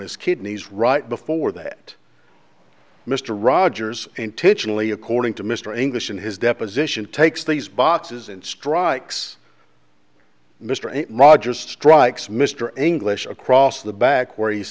his kidneys right before that mr rogers intentionally according to mr english in his deposition takes these boxes and strikes mr rogers strikes mr anguish across the back where he